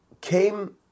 came